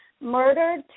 murdered